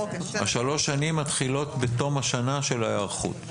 השלוש שנים מתחילות בתום השנה של ההיערכות.